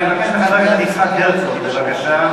אני מבקש מחבר הכנסת יצחק הרצוג, בבקשה.